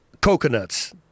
coconuts